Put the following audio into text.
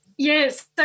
Yes